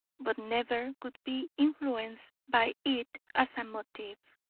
but never would be influenced by it as a motive.